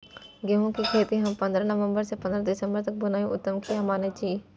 गेहूं के खेती हम पंद्रह नवम्बर से पंद्रह दिसम्बर तक बुआई उत्तम किया माने जी?